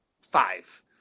five